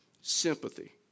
sympathy